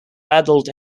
adult